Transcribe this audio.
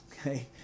Okay